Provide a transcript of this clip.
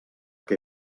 que